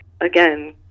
again